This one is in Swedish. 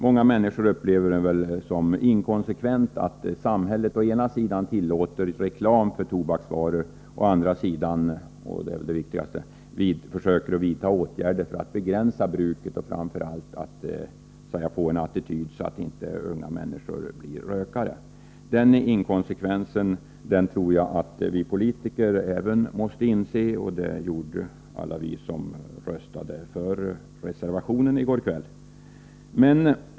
Många människor upplever det som inkonsekvent att samhället å ena sidan tillåter reklam för tobaksvaror, å andra sidan — och det är väl det riktigaste — försöker vidta åtgärder för att begränsa bruket av tobak och, framför allt, få till stånd en attityd som hindrar unga människor från att bli rökare. Den inkonsekvensen tror jag att även vi politiker måste komma till insikt om, och det gjorde alla vi som röstade för reservationen i går kväll.